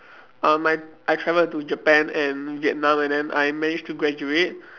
um I I travelled to Japan and Vietnam and then I managed to graduate